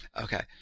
Okay